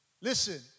Listen